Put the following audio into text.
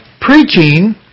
preaching